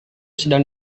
sedang